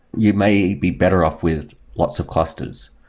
you may be better off with lots of clusters.